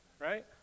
Right